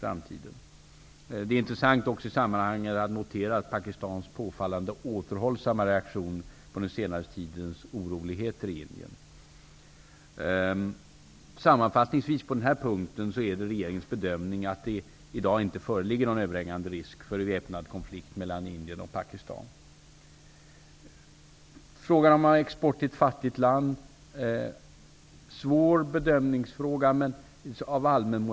Det är också intressant att i sammanhanget notera Pakistans påfallande återhållsamma reaktion på den senaste tidens oroligheter i Indien. Sammanfattningsvis kan jag säga att det är regeringens bedömning att det i dag inte föreligger någon övervägande risk för väpnad konflikt mellan Huruvida vi av allmänmoraliska skäl skall exportera till ett fattigt land är en svår bedömningsfråga.